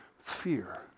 fear